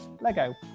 lego